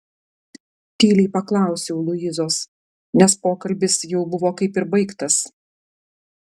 tyliai paklausiau luizos nes pokalbis jau buvo kaip ir baigtas